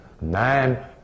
nine